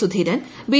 Sudheeran B